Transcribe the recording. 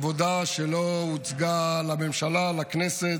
עבודה שלא הוצגה לממשלה, לכנסת,